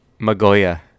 Magoya